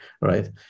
right